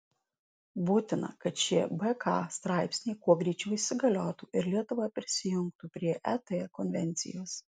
būtina kad šie bk straipsniai kuo greičiau įsigaliotų ir lietuva prisijungtų prie et konvencijos